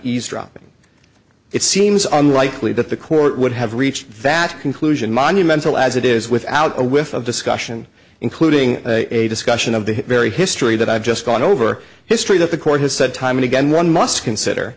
eavesdropping it seems unlikely that the court would have reached that conclusion monumental as it is without a whiff of discussion including a discussion of the very history that i've just gone over history that the court has said time and again one must consider